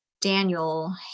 Daniel